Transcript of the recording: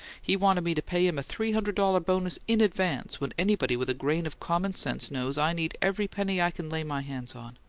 he wanted me to pay him a three-hundred-dollar bonus in advance, when anybody with a grain of common sense knows i need every penny i can lay my hands on!